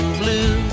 blue